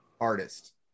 artist